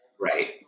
Right